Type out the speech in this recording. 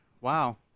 Wow